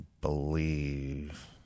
believe